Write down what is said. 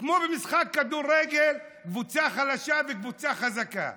כמו במשחק כדורגל, קבוצה חלשה וקבוצה חזקה.